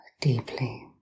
deeply